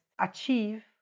achieve